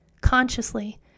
consciously